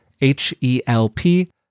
H-E-L-P